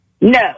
No